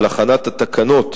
על הכנת התקנות,